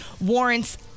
warrants